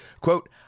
quote